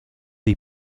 dei